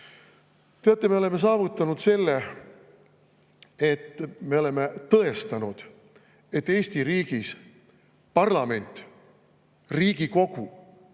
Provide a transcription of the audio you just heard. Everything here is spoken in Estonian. Teate, me oleme saavutanud selle, et me oleme tõestanud, et Eesti riigis parlament, Riigikogu,